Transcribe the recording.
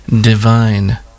Divine